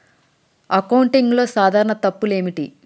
అకౌంటింగ్లో సాధారణ తప్పులు ఏమిటి?